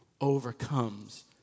overcomes